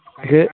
इसे